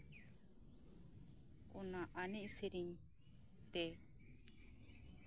ᱚᱱᱟ ᱮᱱᱮᱡ ᱥᱮᱨᱮᱧ ᱛᱮ